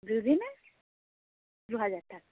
দু দিনে দু হাজার টাকা